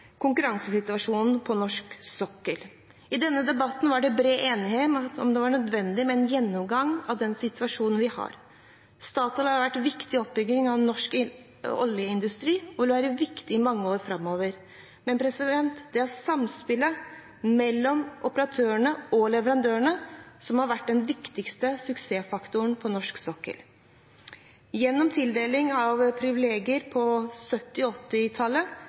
konkurransesituasjonen på norsk sokkel – debatten ble avholdt høsten 2016. I denne debatten var det bred enighet om at det var nødvendig med en gjennomgang av den situasjonen vi har. Statoil har vært viktig i oppbyggingen av norsk oljeindustri og vil være viktig i mange år framover. Men det er samspillet mellom operatørene og leverandørene som har vært den viktigste suksessfaktoren på norsk sokkel. Gjennom tildelingen av privilegier på